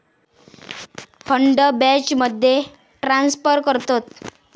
fund बॅचमध्ये transfer करतत